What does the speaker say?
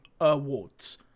awards